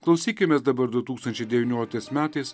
klausykimės dabar du tūkstančiai devynioliktais metais